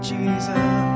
Jesus